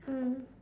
mm